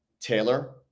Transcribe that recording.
Taylor